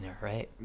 right